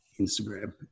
Instagram